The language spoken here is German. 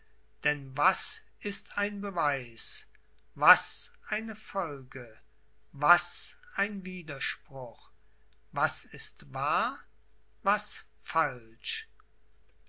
denn was ist ein beweis was eine folge was ein widerspruch was ist wahr was falsch